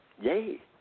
yay